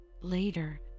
Later